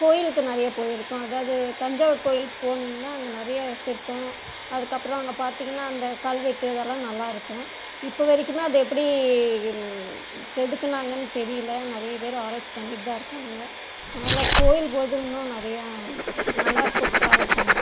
கோயிலுக்கு நிறைய போயிருக்கோம் அதாவது தஞ்சாவூர் கோயிலுக்கு போனிங்னால் அங்கே நிறையா சிற்பம் அதுக்கப்புறம் அங்கே பார்த்திங்னா அந்த கல்வெட்டு அதெல்லாம் நல்லாயிருக்கும் இப்போ வரைக்குமே அதை எப்படி செதுக்கினாங்கன் தெரியல நிறைய பேர் ஆராய்ச்சி பண்ணிகிட்டு தான் இருக்காங்க அதனால் கோயில் போவது நிறையா நல்லாயிருக்கும் ட்ராவல் பண்ண